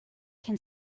can